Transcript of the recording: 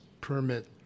permit